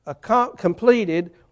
completed